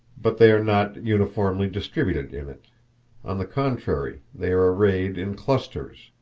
but they are not uniformly distributed in it on the contrary, they are arrayed in clusters,